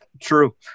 True